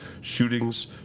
shootings